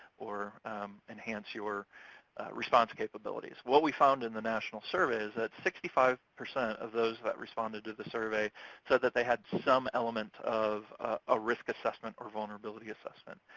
or enhance your response capabilities. what we found in the national survey is that sixty five percent of those that responded to the survey said that they had some element of ah risk assessment or vulnerability assessment.